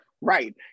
Right